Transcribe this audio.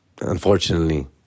unfortunately